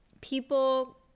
people